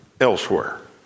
elsewhere